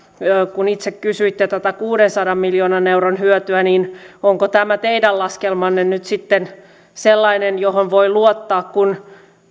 kun itse kysyitte tätä kuudensadan miljoonan euron hyötyä niin onko tämä teidän laskelmanne nyt sitten sellainen johon voi luottaa